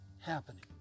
happening